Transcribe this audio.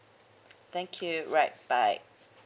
thank you right bye